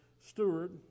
steward